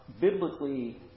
biblically